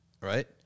Right